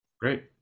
Great